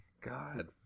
God